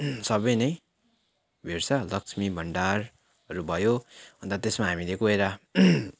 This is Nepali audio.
सबै नै भेट्छ लक्ष्मी भण्डारहरू भयो अन्त त्यसमा हामीले गएर